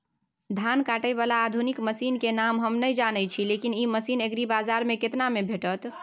धान काटय बाला आधुनिक मसीन के नाम हम नय जानय छी, लेकिन इ मसीन एग्रीबाजार में केतना में भेटत?